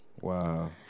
Wow